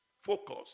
focus